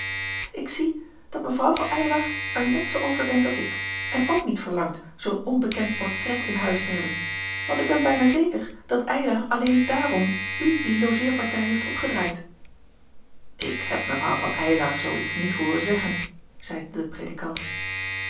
ik zie dat mevrouw van eylar er net zoo over denkt als ik en ook niet verlangt zoo'n onbekend portret in huis te hebben want ik ben bijna zeker dat eylar alleen daarom u die logeerpartij heeft opgedraaid ik heb mevrouw van eylar zoo iets niet hooren zeggen zeide de predikant